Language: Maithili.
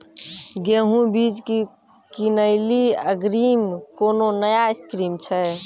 गेहूँ बीज की किनैली अग्रिम कोनो नया स्कीम छ?